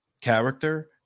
character